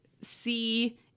see